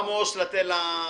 עמוס, משפט.